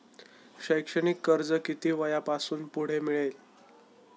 शैक्षणिक कर्ज किती वयापासून पुढे मिळते?